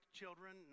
children